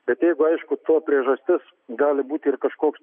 bet jeigu aišku to priežastis gali būti ir kažkoks